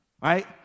right